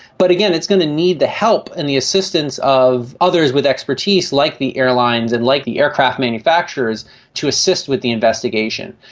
but again, it's going to need the help and the assistance of others with expertise like the airlines and like the aircraft manufacturers to assist with the investigation.